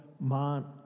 man